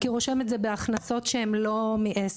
כי הוא רושם את זה בהכנסות שהן לא מעסק.